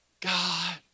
God